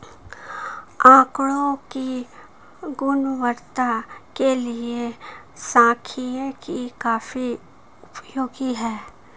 आकड़ों की गुणवत्ता के लिए सांख्यिकी काफी उपयोगी है